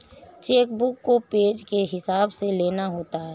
check book को page के हिसाब से लेना होता है